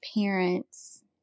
parents